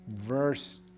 Verse